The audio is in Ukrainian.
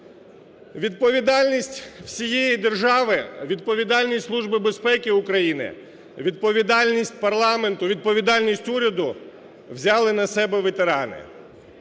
Відповідальність всієї держави, відповідальність Служби безпеки України, відповідальність парламенту, відповідальність уряду взяли на себе ветерани.